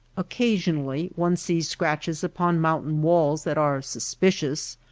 occasionally one sees scratches upon mountain walls that are suspicious,